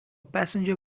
passenger